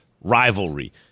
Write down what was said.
rivalry